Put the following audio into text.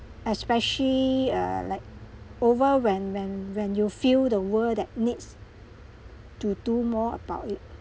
especially uh like over when when when you feel the world that needs to do more about it